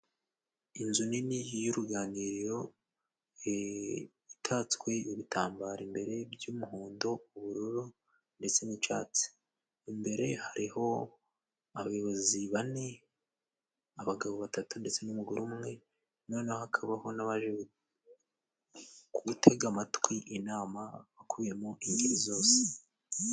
Inzu nini y'uruganiriro itatswe ibitambaro imbere by'umuhondo, ubururu ndetse n'icatsi. Imbere hariho abayobozi bane, abagabo batatu ndetse n'umugore umwe, noneho hakabaho n'abaje gutega amatwi inama akubiyemo ingeri zose.